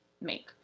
make